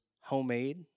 homemade